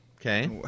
Okay